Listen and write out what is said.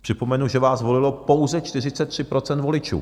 Připomenu, že vás volilo pouze 43 % voličů.